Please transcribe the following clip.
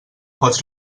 pots